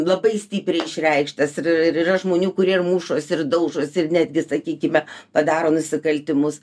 labai stipriai išreikštas ir ir yra žmonių kurie ir mušos ir daužos ir netgi sakykime padaro nusikaltimus